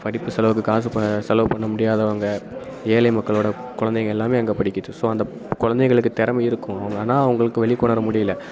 படிப்பு செலவுக்கு காசு ப செலவுப் பண்ண முடியாதவங்க ஏழை மக்களோட குலந்தைங்க எல்லாமே அங்கேப் படிக்குது ஸோ அந்த குலந்தைகளுக்கு திறமை இருக்கும் ஆனால் அவங்களுக்கு வெளிக்கொணர முடியல